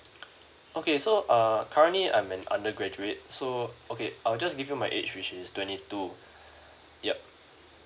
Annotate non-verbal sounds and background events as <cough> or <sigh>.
<noise> okay so uh currently I'm an undergraduate so okay I'll just give you my age which is twenty two <breath> yup